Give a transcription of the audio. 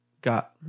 got